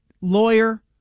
Lawyer